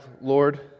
Lord